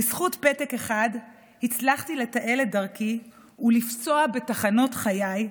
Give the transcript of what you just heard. בזכות פתק אחד הצלחתי לתעל את דרכי ולפסוע בתחנות חיי,